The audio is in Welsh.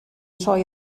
troi